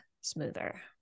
smoother